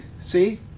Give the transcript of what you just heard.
see